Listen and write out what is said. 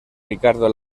ricardo